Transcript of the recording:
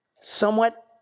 somewhat